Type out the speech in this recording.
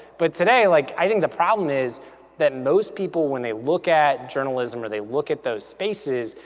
but today, like i think the problem is that most people when they look at journalism or they look at those spaces,